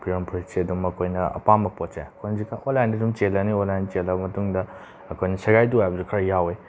ꯐꯤꯔꯣꯟ ꯐꯨꯔꯤꯠꯁꯦ ꯑꯗꯨꯝ ꯑꯩꯈꯣꯏꯅ ꯑꯄꯥꯝꯕ ꯄꯣꯠꯁꯦ ꯑꯩꯈꯣꯏꯅ ꯍꯧꯖꯤꯛ ꯀꯥꯟ ꯑꯣꯟꯂꯥꯏꯟꯗ ꯑꯗꯨꯝ ꯆꯦꯜꯂꯅꯤ ꯑꯣꯟꯂꯥꯏꯟ ꯆꯦꯜꯂꯕ ꯃꯇꯨꯡꯗ ꯑꯩꯈꯣꯏꯅ ꯁꯦꯒꯥꯏ ꯇꯨꯒꯥꯏꯕꯁꯨ ꯈꯔ ꯌꯥꯎꯋꯦ